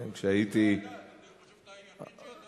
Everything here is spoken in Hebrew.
היחיד שעמד במבחן.